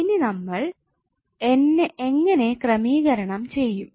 ഇനി നമ്മൾ എങ്ങനെ ക്രമീകരണം ചെയ്യും